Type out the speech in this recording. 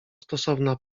stosowna